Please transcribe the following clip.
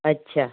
ਅੱਛਾ